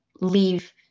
leave